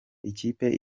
ikipe